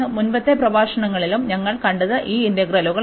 മുമ്പത്തെ പ്രഭാഷണങ്ങളിലും ഞങ്ങൾ കണ്ടത് ഈ ഇന്റഗ്രല്ലുകളാണ്